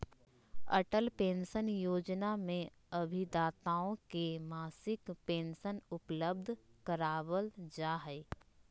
Atal pension योजना में अभिदाताओं के मासिक पेंशन उपलब्ध करावल जाहई